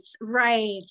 Right